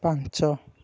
ପାଞ୍ଚ